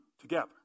together